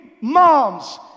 moms